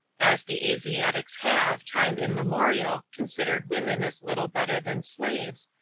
as the asiatics have, time immemorial, considered women as little better than slaves,